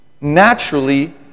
naturally